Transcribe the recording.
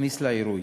הכניס לה עירוי.